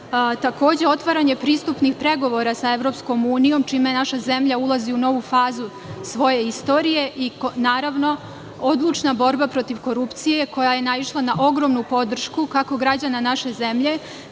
takođe otvaranje pristupnih pregovora sa EU čime naša zemlja ulazi u novu fazu svoje istorije i, naravno, odlučna borba protiv korupcije koja je naišla na ogromnu podršku, kako građana naše zemlje,